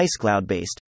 IceCloud-based